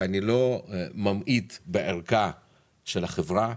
ואני לא ממעיט בערכה של החברה,